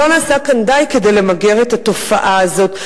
לא נעשה כאן די כדי למגר את התופעה הזאת.